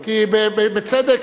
כי בצדק,